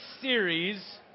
series